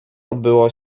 odbyło